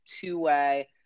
two-way